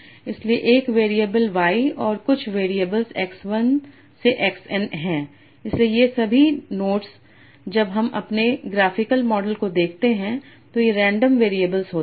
इसलिए एक variable y और कुछ वेरिएबल x 1 से x n है इसलिए ये सभी नोड्स जब हम अपने ग्राफिकल मॉडल को देखते हैं तो ये रेंडम वेरिएबल होते हैं